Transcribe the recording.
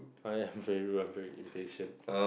my favourite very impatient